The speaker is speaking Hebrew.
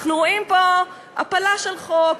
אנחנו רואים פה הפלה של חוק,